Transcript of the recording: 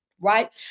Right